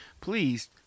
Please